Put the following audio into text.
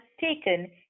taken